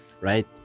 Right